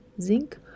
zinc